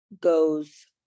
goes